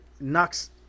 knocks